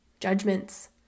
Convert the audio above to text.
judgments